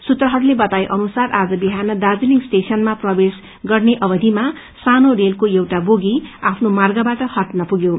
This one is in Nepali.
सूत्रहस्ले बताए अनुसार आज बिहान दार्जीलिङ स्टेशनमा प्रवेश गर्ने अवधिमा सानो रेलको एउटा बोगी आफ्नो मार्गबाट हट्न पुग्यो